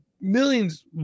millions